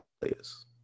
players